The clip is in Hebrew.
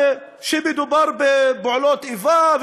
ושמדובר בפעולות איבה,